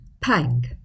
Pang